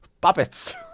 Puppets